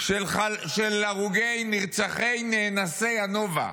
של הרוגי, נרצחי, נאנסי הנובה,